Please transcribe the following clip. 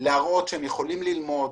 להראות שהם יכולים ללמוד,